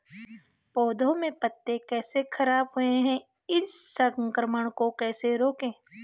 पौधों के पत्ते कैसे खराब हुए हैं इस संक्रमण को कैसे रोकें?